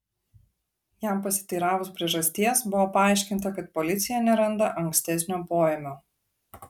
jam pasiteiravus priežasties buvo paaiškinta kad policija neranda ankstesnio poėmio